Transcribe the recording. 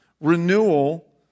renewal